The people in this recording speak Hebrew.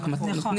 שוב,